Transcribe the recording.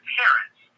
parents